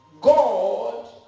God